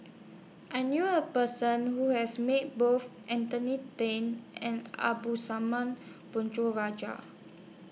I knew A Person Who has Met Both Anthony Then and Rajah